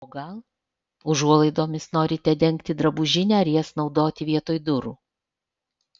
o gal užuolaidomis norite dengti drabužinę ar jas naudoti vietoj durų